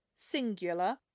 Singular